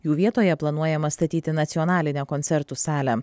jų vietoje planuojama statyti nacionalinę koncertų salę